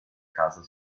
casa